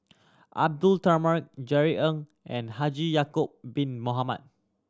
Abdullah Tarmugi Jerry Ng and Haji Ya'acob Bin Mohamed